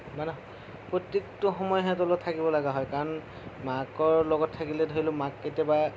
মানে প্ৰত্যেকটো সময় সিহঁতৰ লগত থাকিবলগীয়া হয় কাৰণ মাকৰ লগত থাকিলে ধৰি লওক মাকে কেতিয়াবা